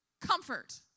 comfort